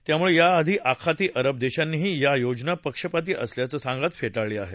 त्यामुळे याआधी आखाती अरब देशांनीही ही योजना पक्षपाती असल्याचं सांगत फेटाळली आहे